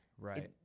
right